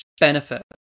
benefit